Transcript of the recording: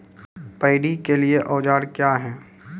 Paddy के लिए औजार क्या हैं?